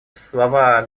слова